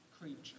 creature